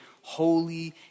holy